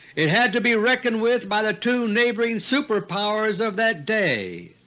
it had to be reckoned with by the two neighboring superpowers of that day.